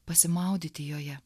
pasimaudyti joje